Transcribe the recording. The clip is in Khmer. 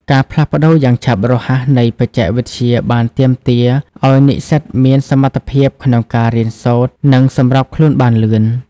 ការផ្លាស់ប្តូរយ៉ាងឆាប់រហ័សនៃបច្ចេកវិទ្យាបានទាមទារឲ្យនិស្សិតមានសមត្ថភាពក្នុងការរៀនសូត្រ និងសម្របខ្លួនបានលឿន។